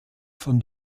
von